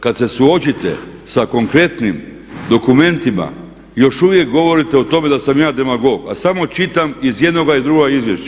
Kad se suočite s konkretnim dokumentima još uvijek govorite o tome da sam ja demagog, a samo čitam iz jednog i drugog izvješća.